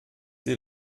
sie